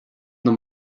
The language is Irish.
liom